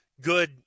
good